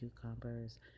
cucumbers